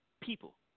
people